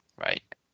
Right